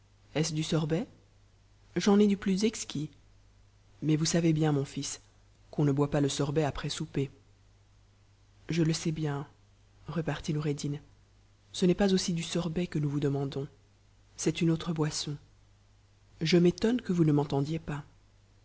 ht sorbet j'en ai du plus exquis mais vous savez bien mon fils qu'on ne boit pas le sorbet après souper je le sais bien repartit noureddin ce n'est pas aussi du sorbet que nous vous demandons c'est une autre boisson je m'étonne que vous ne m'entendiez pas